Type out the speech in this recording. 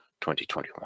2021